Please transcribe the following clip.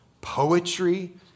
poetry